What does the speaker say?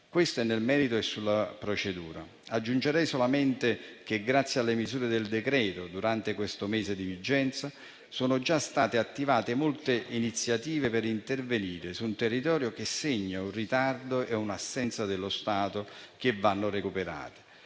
Questo nel merito e sulla procedura. Aggiungerei solamente che, grazie alle misure del decreto-legge, durante questo mese di vigenza sono già state attivate molte iniziative per intervenire su un territorio che segna un ritardo e un'assenza dello Stato, che vanno recuperati.